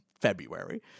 February